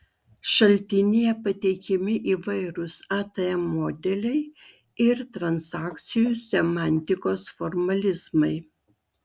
šaltinyje pateikiami įvairūs atm modeliai ir transakcijų semantikos formalizmai